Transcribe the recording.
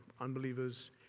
unbelievers